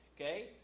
okay